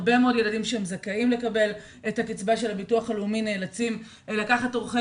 הרבה מאוד ילדים שזכאים לקבל את קצבת הביטוח הלאומי נאלצים לקחת עורכי